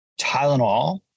Tylenol